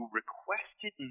requested